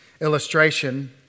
illustration